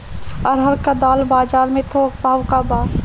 अरहर क दाल बजार में थोक भाव का बा?